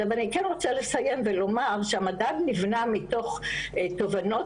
אבל אני כן רוצה לסיים ולומר שהמדד נבנה מתוך תובנות